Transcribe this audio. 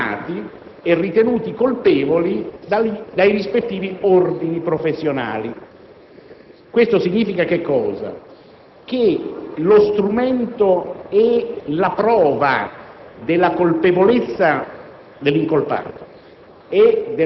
sanzionati e ritenuti colpevoli dai rispettivi ordini professionali. Cosa significa questo? Che lo strumento e la prova della colpevolezza dell'incolpato